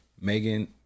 Megan